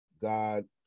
God